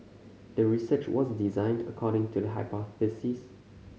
the research was designed according to the hypothesis